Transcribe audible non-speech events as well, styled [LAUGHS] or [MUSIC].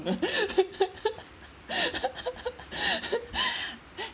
[LAUGHS] [BREATH]